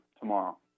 tomorrow